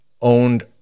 owned